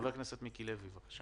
חבר הכנסת מיקי לוי, בבקשה.